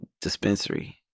dispensary